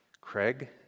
Craig